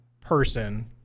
person